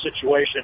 situation